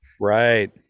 right